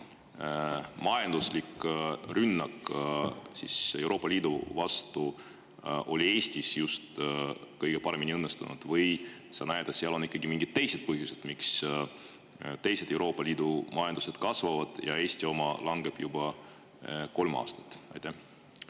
majanduslik rünnak Euroopa Liidu vastu õnnestus just Eestis kõige paremini, või sa näed, et on ikkagi mingid teised põhjused, miks teised Euroopa Liidu majandused kasvavad ja Eesti oma langeb juba kolm aastat? Aitäh!